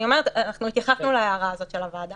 אנחנו התייחסנו להערה הזאת של הוועדה